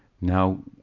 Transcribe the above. Now